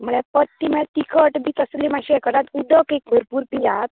म्हळ्यार पथ्य मात तिखट बी तसलें मात्शें हें करात उदक एक भरपूर पियात